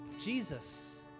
Jesus